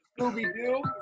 Scooby-Doo